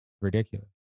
ridiculous